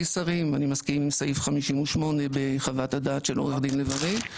שרים אני מסכים עם סעיף 58 בחוות הדעת של עו"ד לב ארי.